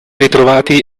ritrovati